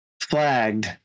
flagged